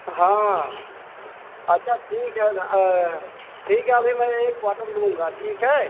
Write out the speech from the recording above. हाँ अच्छा ठीक है ठीक है अभी मैं एक क्वाटर लूँगा ठीक है